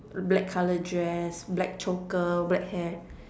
black colour dress black choker black hair